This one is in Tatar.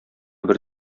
бер